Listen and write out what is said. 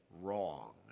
wrong